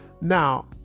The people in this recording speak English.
now